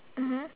mmhmm